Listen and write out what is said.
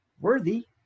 worthy